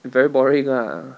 very boring ah